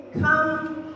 come